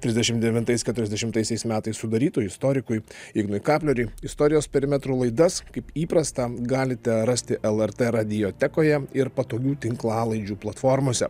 trisdešim devintais keturiasdešimtaisiais metais sudarytojui istorikui ignui kapleriui istorijos perimetrų laidas kaip įprasta galite rasti lrt radiotekoje ir patogių tinklalaidžių platformose